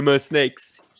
snakes